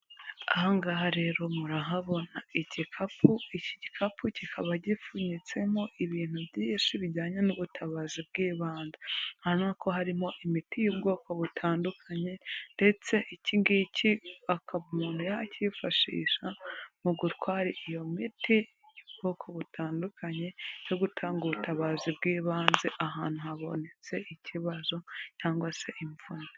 Aha ngaha rero murahabona igikapu, iki gikapu kikaba gipfunyitsemo ibintu byinshi bijyanye n'ubutabazi bw'ibanze. Urabona ko harimo imiti y'ubwoko butandukanye ndetse iki ngiki akaba umuntu yakshisha mu gutwara iyo miti y'ubwoko butandukanye yo gutanga ubutabazi bw'ibanze ahantu habonetse ikibazo cyangwa se imvune